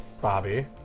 Bobby